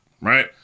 Right